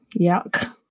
yuck